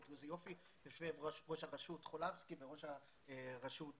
יושב ראש הרשות חולבסקי וראש הרשות